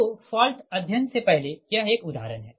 तो फॉल्ट अध्ययन से पहले यह एक उदाहरण है